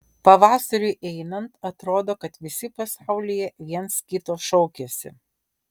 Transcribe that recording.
pavasariui einant atrodo kad visi pasaulyje viens kito šaukiasi